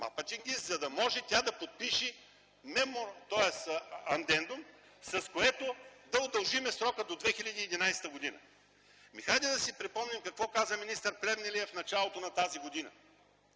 за да може тя да подпише адендум, с което да удължим срока до 2011 г. Нека си припомним какво каза министър Плевнелиев в началото на тази година?